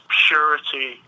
purity